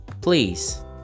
please